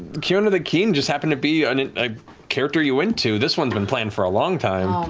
keona the keen just happened to be i mean a character you went to. this one's been planned for a long time.